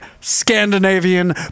Scandinavian